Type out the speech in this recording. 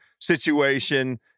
situation